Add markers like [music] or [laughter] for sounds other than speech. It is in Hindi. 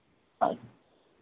[unintelligible]